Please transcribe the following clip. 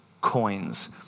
Coins